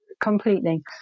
completely